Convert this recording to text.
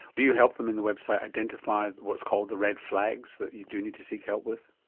do you help them in the website identify what is called the red flags that you do need to seek help with?